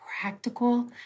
practical